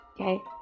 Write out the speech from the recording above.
Okay